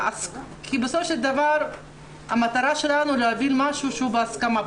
בסופו של דבר המטרה שלנו היא להביא משהו בהסכמה.